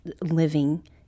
living